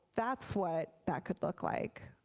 that's what that could look like.